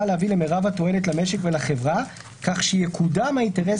להביא למרב התועלת למשק ולחברה כך שיקודם האינטרס